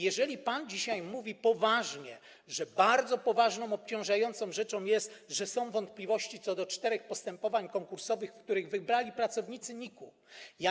Jeżeli pan dzisiaj mówi poważnie, że bardzo poważną, obciążającą rzeczą jest, że są wątpliwości co do czterech postępowań konkursowych, w których wygrali pracownicy NIK-u.